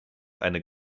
eine